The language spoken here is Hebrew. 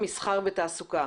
מסחר ותעסוקה,